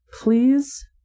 Please